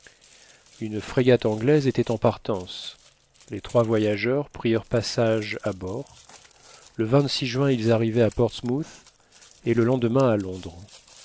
une frégate anglaise était en partance les trois voyageurs prirent passage à bord le juin ils arrivaient à portsmouth et le lendemain à londres